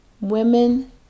Women